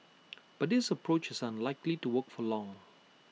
but this approach is unlikely to work for long